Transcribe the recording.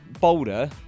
boulder